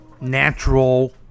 natural